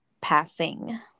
passing